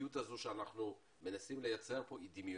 שהמציאות הזו שאנחנו מנסים לייצר פה היא דמיונית.